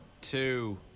Two